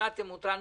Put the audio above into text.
שכנעתם אותנו,